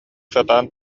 сатаан